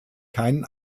keinen